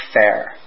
fair